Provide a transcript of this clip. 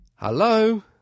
Hello